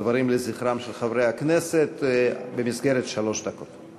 דברים לזכרם של חברי הכנסת במסגרת שלוש דקות.